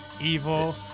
evil